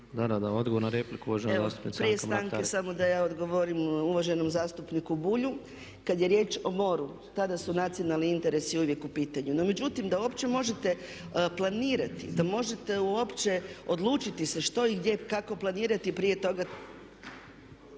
**Mrak-Taritaš, Anka (HNS)** Evo prije stanke samo da ja odgovorim uvaženom zastupniku Bulju. Kad je riječ o moru tada su nacionalni interesi uvijek u pitanju. No međutim, da uopće možete planirati, da možete uopće odlučiti se što i gdje kako planirati, prije toga,